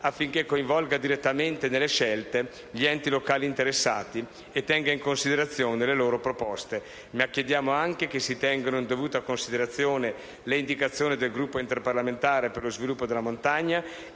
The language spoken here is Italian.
affinché coinvolga direttamente nelle scelte gli enti locali interessati e tenga in considerazione le loro proposte. Ma chiediamo anche che si tengano in dovuta considerazione le indicazioni del Gruppo interparlamentare per lo sviluppo della montagna,